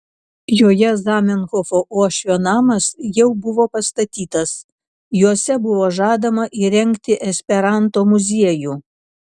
joje zamenhofo uošvio namas jau buvo pastatytas juose buvo žadama įrengti esperanto muziejų